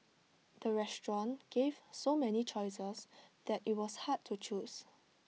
the restaurant gave so many choices that IT was hard to choose